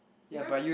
even if I